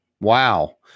Wow